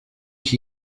ich